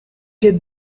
get